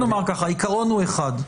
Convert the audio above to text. העיקרון הוא אחד: